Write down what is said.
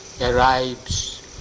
arrives